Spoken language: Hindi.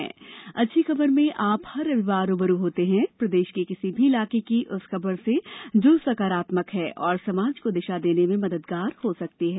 अच्छी खबर में आप हर रविवार रू ब रू होते हैं प्रदेश के किसी भी इलाके की उस खबर से जो सकारात्मक है और समाज को दिशा देने में मददगार हो सकती है